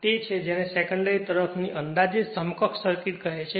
તેથી આ તે છે જેને સેકન્ડરી તરફની અંદાજીત સમકક્ષ સર્કિટ કહે છે